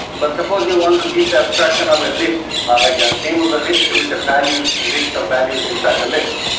but supposed you wanted to give the abstraction of a list, ah like a name of a list with a list of values inside the list,